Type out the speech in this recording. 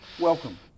welcome